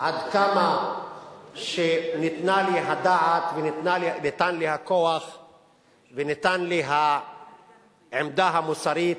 עד כמה שניתנה לי הדעת וניתן לי הכוח וניתנה לי העמדה המוסרית,